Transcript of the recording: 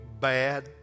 bad